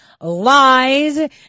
lies